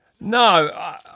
no